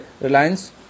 Reliance